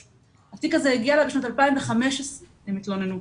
התיק הזה הגיע אלי בשנת ..., כשהן התלוננו.